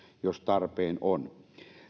jos tarpeen on